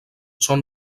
són